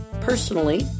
personally